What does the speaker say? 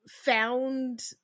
found